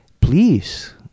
please